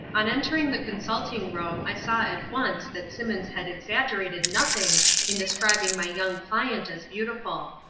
on entering the consulting-room i saw at once that simmons had exaggerated nothing in describing my young client as beautiful.